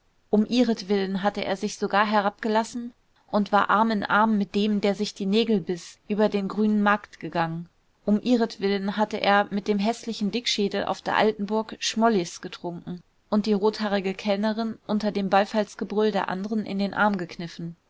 um ihretwillen hatte er sich sogar herbeigelassen und war arm in arm mit dem der sich die nägel biß über den grünen markt gegangen um ihretwillen hatte er mit dem häßlichen dickschädel auf der altenburg schmollis getrunken und die rothaarige kellnerin unter dem beifallsgebrüll der anderen in den arm gekniffen